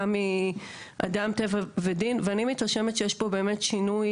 גם מ"אדם טבע ודין" ואני מתרשמת שיש פה באמת שינוי